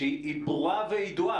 שהיא ברורה וידועה?